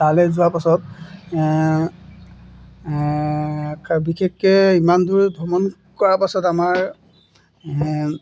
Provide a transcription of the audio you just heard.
তালৈ যোৱাৰ পাছত বিশেষকৈ ইমান দূৰ ভ্ৰমণ কৰাৰ পাছত আমাৰ